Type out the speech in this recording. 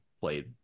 played